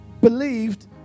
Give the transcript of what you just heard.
believed